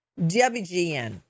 WGN